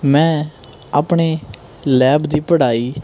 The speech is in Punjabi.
ਮੈਂ ਆਪਣੇ ਲੈਬ ਦੀ ਪੜ੍ਹਾਈ